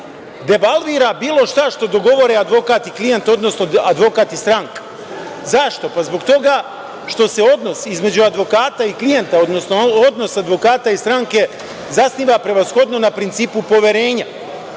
devalvira bilo šta što dogovore advokat i klijent odnosno advokat i stranka. Zašto? Zbog toga što se odnos između advokata i klijenta, odnosno odnos advokata i stranke, zasniva prevashodno na principu poverenja,